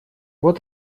вот